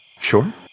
Sure